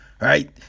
Right